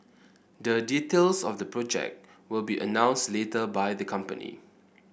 the details of the project will be announced later by the company